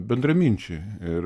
bendraminčiai ir